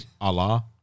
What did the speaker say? Allah